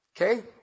Okay